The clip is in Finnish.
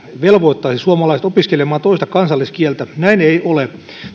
velvoittaisi suomalaiset opiskelemaan toista kansalliskieltä näin ei ole